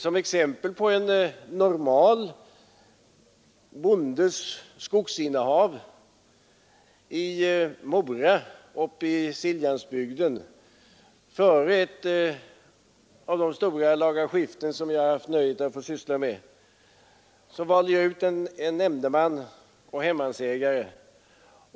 Som exempel på en normal bondes skogsinnehav i Mora uppe i Siljansbygden före ett av de stora laga skiften som jag haft nöjet att få syssla med valde jag ut en nämndeman och hemmansägare.